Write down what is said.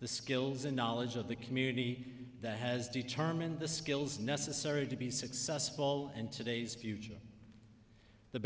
the skills and knowledge of the community that has determined the skills necessary to be successful and today's future the